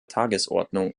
tagesordnung